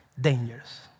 dangerous